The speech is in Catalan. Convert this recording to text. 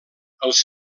els